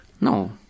No